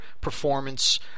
performance